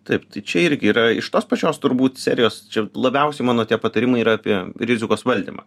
taip čia irgi yra iš tos pačios turbūt serijos čia labiausiai mano tie patarimai yra apie rizikos valdymą